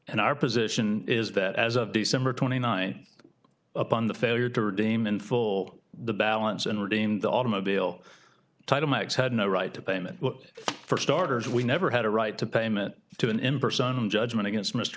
and our position is that as of the summer twenty nine upon the failure to redeem in full the balance and redeem the automobile title my ex had no right to payment for starters we never had a right to payment to an ember son judgment against mr